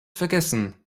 vergessen